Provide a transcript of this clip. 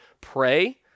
Pray